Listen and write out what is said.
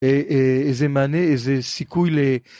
איזה מענה, איזה סיכוי ל...